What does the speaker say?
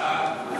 להסיר